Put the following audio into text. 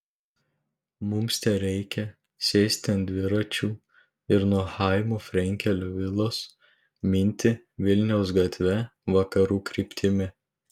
mums tereikia sėsti ant dviračių ir nuo chaimo frenkelio vilos minti vilniaus gatve vakarų kryptimi